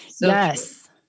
Yes